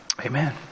Amen